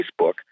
Facebook